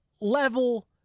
level